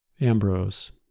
Ambrose